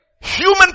human